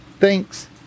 Thanks